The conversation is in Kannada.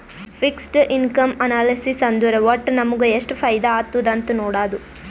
ಫಿಕ್ಸಡ್ ಇನ್ಕಮ್ ಅನಾಲಿಸಿಸ್ ಅಂದುರ್ ವಟ್ಟ್ ನಮುಗ ಎಷ್ಟ ಫೈದಾ ಆತ್ತುದ್ ಅಂತ್ ನೊಡಾದು